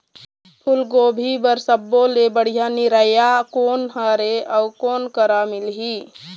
फूलगोभी बर सब्बो ले बढ़िया निरैया कोन हर ये अउ कोन करा मिलही?